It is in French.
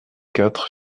quatre